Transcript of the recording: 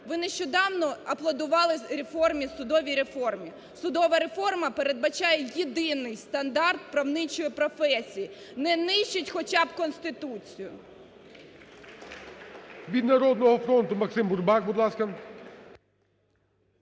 Ви нещодавно аплодували реформі, судовій реформі. Судова реформа передбачає єдиний стандарт правничої професії. Не нищіть хоча б Конституцію.